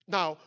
now